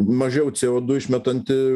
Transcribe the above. mažiau cė o du išmetantį